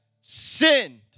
sinned